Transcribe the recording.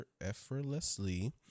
effortlessly